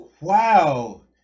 wow